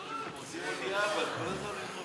מרצ לסעיף 20 לא נתקבלה.